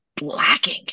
lacking